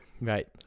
Right